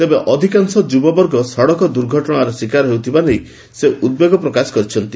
ତେବେ ଅଧିକାଂଶ ଯୁବବର୍ଗ ସଡ଼କ ଦୁର୍ଘଟଣାର ଶିକାର ହେଉଥିବା ନେଇ ସେ ଉଦ୍ବେଗ ପ୍ରକାଶ କରିଛନ୍ତି